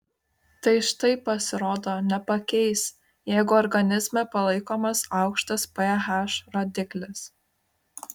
tai štai pasirodo nepakeis jeigu organizme palaikomas aukštas ph rodiklis